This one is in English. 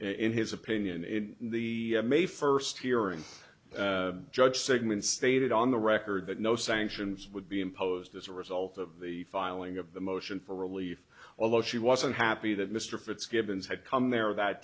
in his opinion in the may first hearing judge sigman stated on the record that no sanctions would be imposed as a result of the filing of the motion for relief although she was unhappy that mr fitz givens had come there that